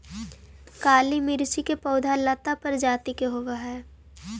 काली मिर्च के पौधा लता प्रजाति के होवऽ हइ